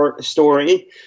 story